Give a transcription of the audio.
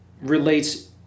relates